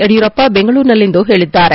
ಯಡಿಯೂರಪ್ಪ ಬೆಂಗಳೂರಿನಲ್ಲಿಂದು ಹೇಳಿದ್ದಾರೆ